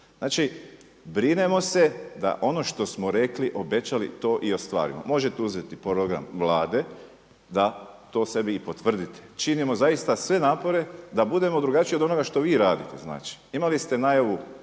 Znači, brinemo se da ono što smo rekli, obećali to i ostvarimo. Možete uzeti program Vlade da to sebi i potvrdite. Činimo zaista sve napore da budemo drugačiji od onoga što vi radite, znači. Imali ste najavu